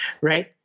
right